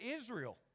Israel